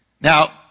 Now